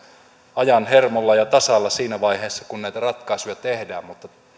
ajan hermolla ja tasalla siinä vaiheessa kun näitä ratkaisuja tehdään mutta